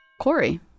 Corey